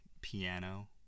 piano